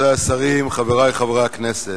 רבותי השרים, חברי חברי הכנסת,